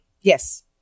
yes